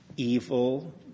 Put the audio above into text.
evil